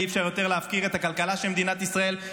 אי-אפשר יותר להפקיר את הכלכלה של מדינת ישראל,